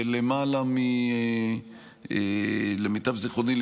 ולמיטב זיכרוני,